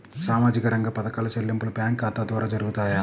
సామాజిక రంగ పథకాల చెల్లింపులు బ్యాంకు ఖాతా ద్వార జరుగుతాయా?